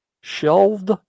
Shelved